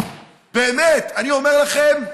באמת, אני אומר לכם,